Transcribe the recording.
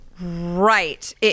Right